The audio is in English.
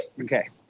Okay